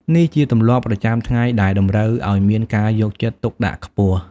នេះជាទម្លាប់ប្រចាំថ្ងៃដែលតម្រូវឲ្យមានការយកចិត្តទុកដាក់ខ្ពស់។